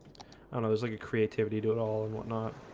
and there's like a creativity to it all and whatnot